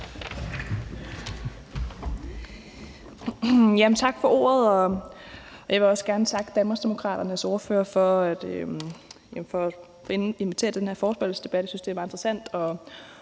Tak for ordet, og jeg vil også gerne takke Danmarksdemokraternes ordfører for at invitere til den her forespørgselsdebat. Jeg synes, det er meget interessant